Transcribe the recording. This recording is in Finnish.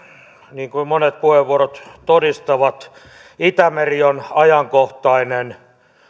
niin kuin monet puheenvuorot todistavat itämeri on ajankohtainen